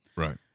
Right